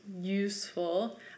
useful